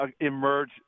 emerge